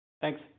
Thanks